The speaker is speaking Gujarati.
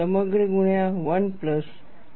સમગ્ર ગુણ્યા 1 પ્લસ 0